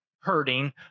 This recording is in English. hurting